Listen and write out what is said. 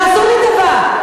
תעשו לי טובה,